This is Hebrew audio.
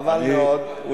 חבל מאוד.